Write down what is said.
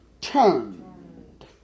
turned